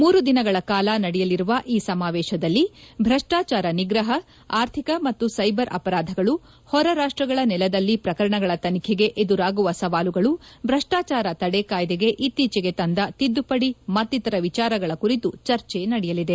ಮೂರು ದಿನಗಳ ಕಾಲ ನಡೆಯಲಿರುವ ಈ ಸಮಾವೇಶದಲ್ಲಿ ಭ್ರಷ್ಟಾಚಾರ ನಿಗ್ರಹ ಆರ್ಥಿಕ ಮತ್ತು ಸೈಬರ್ ಅಪರಾಧಗಳು ಹೊರ ರಾಷ್ಟ್ರಗಳ ನೆಲದಲ್ಲಿ ಪ್ರಕರಣಗಳ ತನಿಖೆಗೆ ಎದುರಾಗುವ ಸವಾಲುಗಳು ಭ್ರಷ್ಟಾಚಾರ ತದೆ ಕಾಯ್ದೆಗೆ ಇತ್ತೀಚೆಗೆ ತಂದ ತಿದ್ದುಪದಿ ಮತ್ತಿತರ ವಿಚಾರಗಳ ಕುರಿತು ಚರ್ಚೆ ನಡೆಯಲಿದೆ